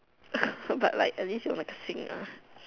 but like at least you're practicing